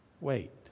wait